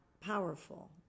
powerful